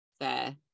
Fair